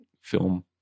film